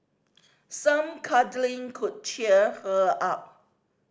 some cuddling could cheer her up